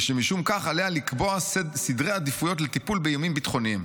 ושמשום כך עליה לקבוע סדרי עדיפויות לטיפול באיומים ביטחוניים,